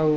ଆଉ